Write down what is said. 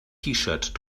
shirt